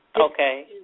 Okay